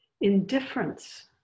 indifference